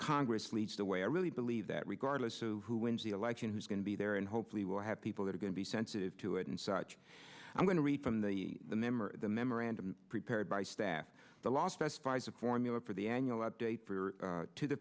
congress leads the way i really believe that regardless of who wins the election is going to be there and hopefully we'll have people that are going to be sensitive to it in such i'm going to read from the member the memorandum prepared by staff the law specifies a formula for the annual update to the